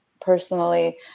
personally